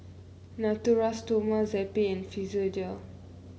Natura Stoma Zappy and Physiogel